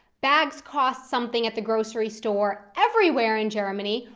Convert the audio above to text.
bags cost something at the grocery store everywhere in germany,